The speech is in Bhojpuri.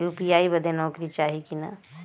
यू.पी.आई बदे नौकरी चाही की ना?